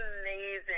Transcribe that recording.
amazing